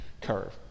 curve